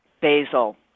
basil